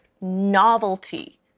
Novelty